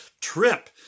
trip